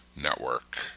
network